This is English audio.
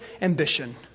ambition